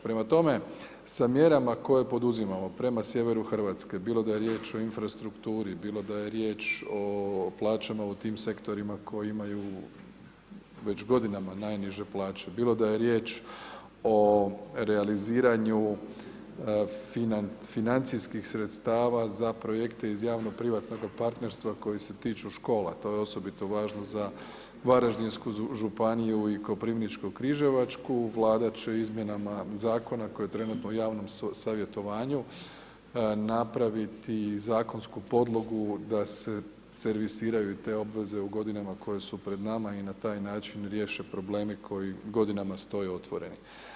Prema tome, sa mjerama koje poduzimamo prema sjeveru Hrvatske bilo da je riječ o infrastrukturi, bilo da je riječ o plaćama u tim sektorima koji imaju već godinama najniže plaće, bilo da je riječ o realiziranju financijskih sredstava za projekte iz javnoprivatnoga partnerstva koji se tiču škola, to je osobito važno za Varaždinsku županiju i Koprivničko-križevačku, Vlada će izmjenama zakona koji je trenutno u javnom savjetovanju napraviti zakonsku podlogu da se servisiraju i te obveze u godinama koje su pred nama i na taj način riješe probleme koji godinama stoje otvoreni.